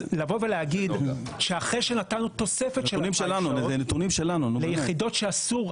אז לבוא ולהגיד שאחרי שנתנו תוספת של 2,000 שעות ליחידות שאסור,